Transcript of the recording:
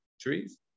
trees